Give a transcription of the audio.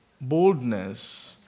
Boldness